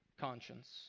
conscience